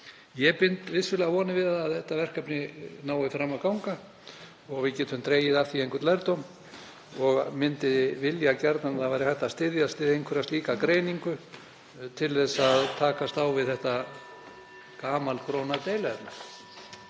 Ég bind vissulega vonir við að þetta verkefni nái fram að ganga og við getum dregið af því einhvern lærdóm og myndi vilja gjarnan að hægt væri að styðjast við einhverja slíka greiningu til að takast á við þetta gamalgróna deiluefni.